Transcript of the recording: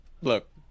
look